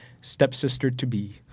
stepsister-to-be